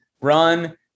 run